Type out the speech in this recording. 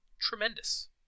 Tremendous